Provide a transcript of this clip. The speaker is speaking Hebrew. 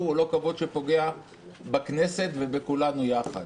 הוא לא כבוד שפוגע בכנסת ובכולנו יחד.